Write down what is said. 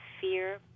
fear